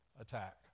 attack